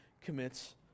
commits